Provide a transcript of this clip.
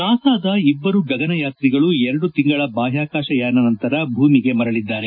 ನಾಸಾದ ಇಬ್ಬರು ಗಗನಯಾತ್ರಿಗಳು ಎರಡು ತಿಂಗಳ ಬಾಹ್ಕಾಕಾಶಯಾನ ನಂತರ ಭೂಮಿಗೆ ಮರಳಿದ್ದಾರೆ